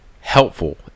helpful